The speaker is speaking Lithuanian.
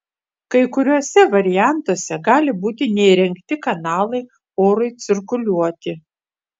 kai kuriuose variantuose gali būti neįrengti kanalai orui cirkuliuoti